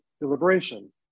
deliberation